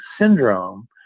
syndrome